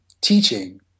teaching